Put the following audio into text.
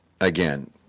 again